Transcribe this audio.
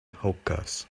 hookahs